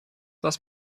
was